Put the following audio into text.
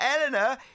Eleanor